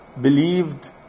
believed